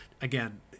again